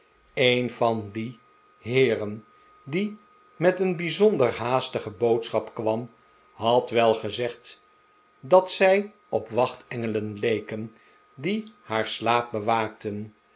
een van die heeren die met een bijzonder haastige boodschap kwam had wel gezegd dat zij op wachtengelen leken die haar slaap bewaakten